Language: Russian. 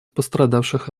пострадавших